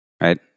right